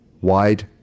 wide